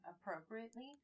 appropriately